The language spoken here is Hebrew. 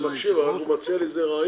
אני מקשיב, אבל הוא מציע לי איזה רעיון.